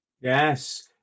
Yes